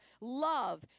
love